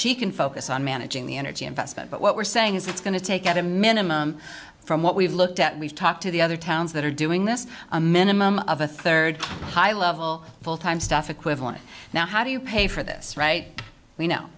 she can focus on managing the energy investment but what we're saying is it's going to take at a minimum from what we've looked at we've talked to the other towns that are doing this a minimum of a third high level fulltime stuff equivalent now how do you pay for this right you know